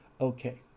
Okay